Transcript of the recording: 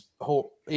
Whole